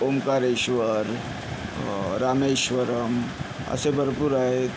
ओंकारेश्वर रामेश्वरम असे भरपूर आहेत